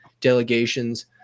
delegations